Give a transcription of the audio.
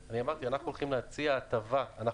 אמרתי, אנחנו הולכים להציע הטבה.